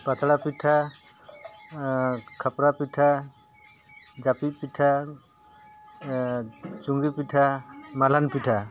ᱯᱟᱛᱲᱟ ᱯᱤᱴᱷᱟᱹ ᱠᱷᱟᱯᱨᱟ ᱯᱤᱴᱷᱟᱹ ᱡᱟᱹᱯᱤᱫ ᱯᱤᱴᱷᱟᱹ ᱪᱩᱝᱜᱤ ᱯᱤᱴᱷᱟᱹ ᱢᱟᱞᱦᱟᱱ ᱯᱤᱴᱷᱟᱹ